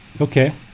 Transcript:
Okay